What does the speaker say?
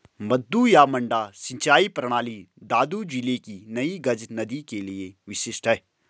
मद्दू या मड्डा सिंचाई प्रणाली दादू जिले की नई गज नदी के लिए विशिष्ट है